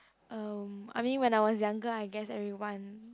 um I mean when I was younger I guess everyone